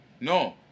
No